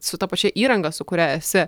su ta pačia įranga su kuria esi